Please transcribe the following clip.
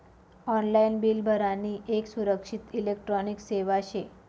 online bill भरानी येक सुरक्षित इलेक्ट्रॉनिक सेवा शे